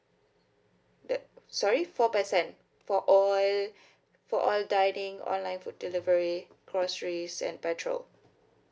the sorry four percent for all for all dining online food delivery groceries and petrol